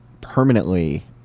permanently